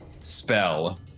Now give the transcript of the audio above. spell